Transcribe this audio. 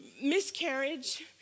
miscarriage